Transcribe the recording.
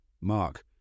Mark